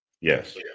Yes